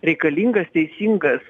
reikalingas teisingas